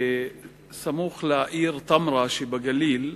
בסמוך לעיר תמרה שבגליל,